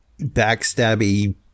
backstabby